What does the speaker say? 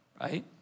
right